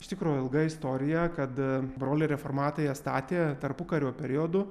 iš tikro ilga istorija kad broliai reformatai ją statė tarpukario periodu